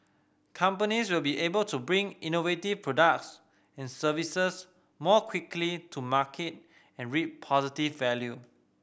companies will be able to bring innovative products and services more quickly to market and reap positive value